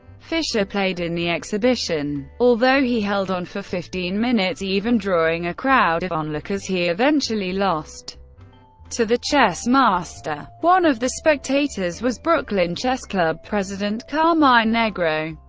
fischer played in the exhibition. although he held on for fifteen minutes, even drawing a crowd of onlookers, he eventually lost to the chess master. one of the spectators was brooklyn chess club president, carmine nigro,